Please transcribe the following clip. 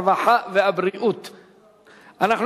הרווחה והבריאות נתקבלה.